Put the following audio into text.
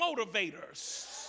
motivators